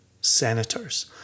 senators